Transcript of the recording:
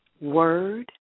word